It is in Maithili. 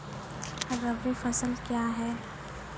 रबी फसल क्या हैं?